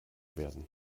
werden